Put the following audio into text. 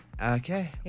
Okay